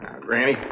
Granny